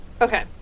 Okay